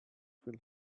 will